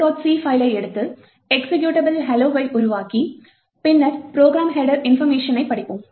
c பைல்லை எடுத்து executable hello வை உருவாக்கி பின்னர் ப்ரோக்ராம் ஹெட்டர் இன்போர்மேஷனைப் படிப்போம்